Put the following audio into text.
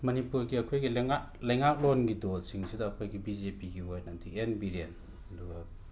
ꯃꯅꯤꯄꯨꯔꯒꯤ ꯑꯩꯈꯣꯏꯒꯤ ꯂꯩꯉꯥꯛ ꯂꯩꯉꯥꯛꯂꯣꯟꯒꯤ ꯗꯣꯜꯁꯤꯡꯁꯤꯗ ꯑꯩꯈꯣꯏꯒꯤ ꯕꯤ ꯖꯦ ꯄꯤꯒꯤ ꯑꯣꯏꯅꯗꯤ ꯑꯦꯟ ꯕꯤꯔꯦꯟ ꯑꯗꯨꯒ